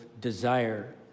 desire